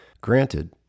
Granted